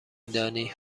دانی